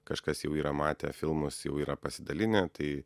kažkas jau yra matę filmus jau yra pasidalinę tai